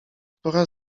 pora